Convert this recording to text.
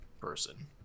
person